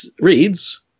reads